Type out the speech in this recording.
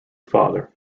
father